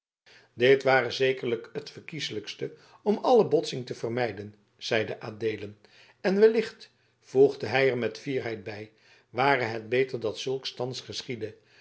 dit ware zekerlijk het verkieslijkste om alle botsing te vermijden zeide adeelen en wellicht voegde hij er met fierheid bij ware het beter dat zulks thans